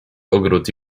ogród